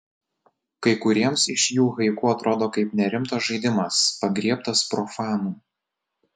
kai kuriems iš jų haiku atrodo kaip nerimtas žaidimas pagriebtas profanų